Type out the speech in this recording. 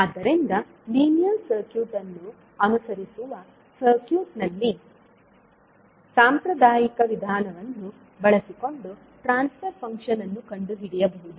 ಆದ್ದರಿಂದ linear circuit ಅನ್ನು ಅನುಸರಿಸುವ ಸರ್ಕ್ಯೂಟ್ನಲ್ಲಿ ಸಾಂಪ್ರದಾಯಿಕ ವಿಧಾನವನ್ನು ಬಳಸಿಕೊಂಡು ಟ್ರಾನ್ಸ್ ಫರ್ ಫಂಕ್ಷನ್ ಅನ್ನು ಕಂಡುಹಿಡಿಯಬಹುದು